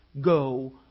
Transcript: go